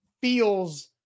feels